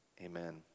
amen